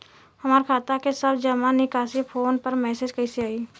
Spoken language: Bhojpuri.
हमार खाता के सब जमा निकासी फोन पर मैसेज कैसे आई?